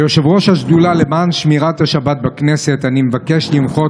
כיושב-ראש השדולה למען שמירת השבת בכנסת אני מבקש למחות